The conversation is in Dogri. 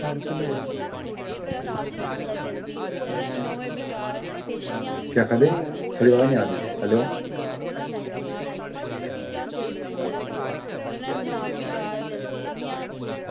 केह् आक्खा दे थुआढ़ी आवाज़ निं आवा दी हैलो